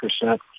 percent